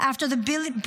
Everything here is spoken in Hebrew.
"After the brilliant,